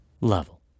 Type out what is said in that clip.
level